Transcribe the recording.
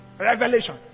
Revelation